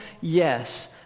Yes